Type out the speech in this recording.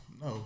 No